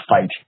fight